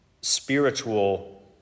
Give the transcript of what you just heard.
spiritual